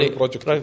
project